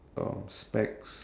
um specs